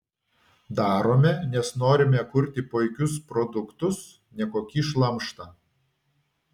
darome nes norime kurti puikius produktus ne kokį šlamštą